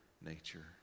nature